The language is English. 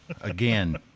again